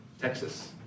Texas